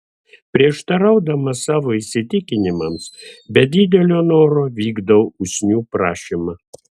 prieštaraudamas savo įsitikinimams be didelio noro vykdau usnių prašymą